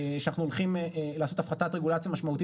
שאנחנו הולכים לעשות הפחתת רגולציה משמעותית